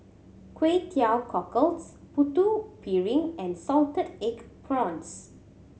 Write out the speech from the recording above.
Kway Teow Cockles Putu Piring and salted egg prawns